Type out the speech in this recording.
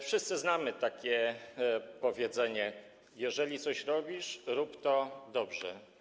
Wszyscy znamy takie powiedzenie: jeżeli coś robisz, rób to dobrze.